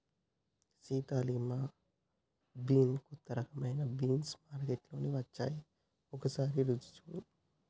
Sita lima bean కొత్త రకమైన beans మార్కేట్లో వచ్చాయి ఒకసారి రుచి సుడు